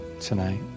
tonight